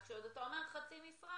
אז כשאתה עוד אומר חצי משרה